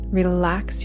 Relax